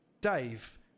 Dave